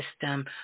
system